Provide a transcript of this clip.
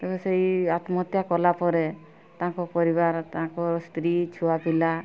ତେଣୁ ସେଇ ଆତ୍ମହତ୍ୟା କଲାପରେ ତାଙ୍କ ପରିବାର ତାଙ୍କର ସ୍ତ୍ରୀ ଛୁଆ ପିଲା